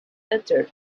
entered